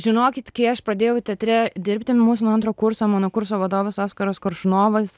žinokit kai aš pradėjau teatre dirbti mūsų nuo antro kurso mano kurso vadovas oskaras koršunovas